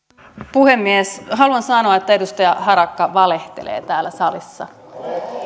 puhemies haluan sanoa että edustaja harakka valehtelee täällä salissa